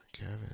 Kevin